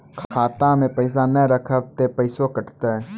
खाता मे पैसा ने रखब ते पैसों कटते?